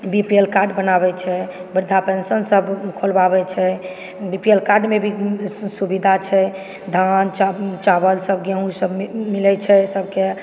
B P L card बनाबै छै वृद्धा पेन्शन सब खोलबाबै छै बी पी एल कार्ड मे भी सुविधा छै धान चावल सब गेहूॅं ई सब मिलै छै सबकेँ